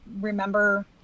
remember